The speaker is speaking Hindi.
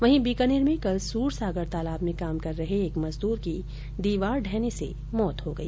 वहीं बीकानेर में कल सूरसागर तालाब में काम कर रहे एक मजदूर की दीवार ढहने से मौत हो गई